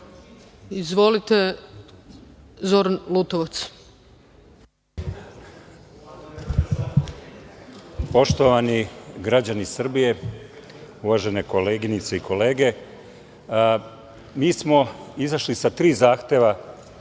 Lutovac. **Zoran Lutovac** Poštovani građani Srbije, uvažene koleginice i kolege, mi smo izašli sa tri zahteva